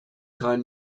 kein